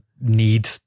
Need